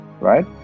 right